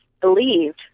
believed